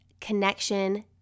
connection